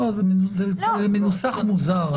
זה מנוסח מוזר.